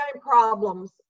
problems